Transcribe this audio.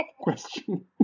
question